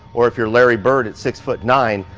or if you're larry bird at six foot nine,